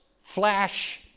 flash